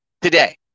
Today